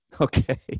Okay